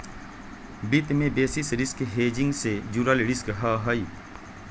वित्त में basis risk hedging से जुड़ल रिस्क हहई